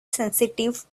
sensitive